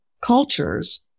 cultures